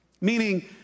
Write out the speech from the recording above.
Meaning